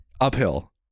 Uphill